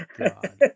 god